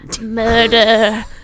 Murder